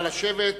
נא לשבת.